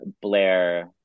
blair